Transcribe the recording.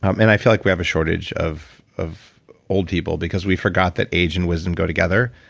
um and i feel like we have a shortage of of old people because we forgot that age and wisdom go together.